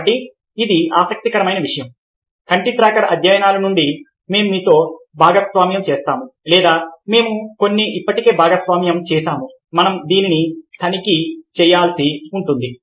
కాబట్టి ఇది చాలా ఆసక్తికరమైన విషయం కంటి ట్రాకర్ అధ్యయనాల నుండి మేము మీతో భాగస్వామ్యం చేస్తాము లేదా మేము కొన్ని ఇప్పటికే భాగస్వామ్యం చేసాము మనం దీన్ని తనిఖీ చేయాల్సి ఉంటుంది